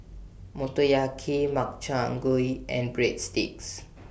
Motoyaki Makchang Gui and Breadsticks